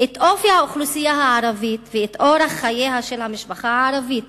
את אופי האוכלוסייה הערבית ואת אורח חייה של המשפחה הערבית.